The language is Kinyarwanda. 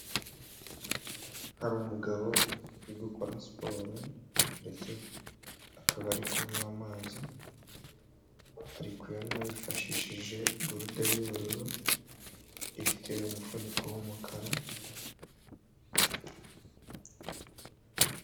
Hari umugabo uri gukora siporo ndetse akaba ari kunywa amazi, ari kuyanywa yifashishije gurude y'ubururu ifite umufuniko w'umukara.